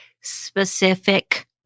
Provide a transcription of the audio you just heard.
specific